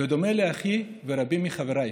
בדומה לאחי ורבים מחבריי.